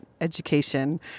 education